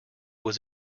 was